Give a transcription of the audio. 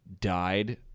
died